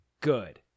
good